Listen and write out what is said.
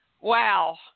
Wow